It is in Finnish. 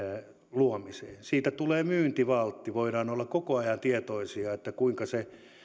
luomiseen siitä tulee myyntivaltti voidaan olla koko ajan tietoisia kuinka se